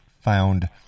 found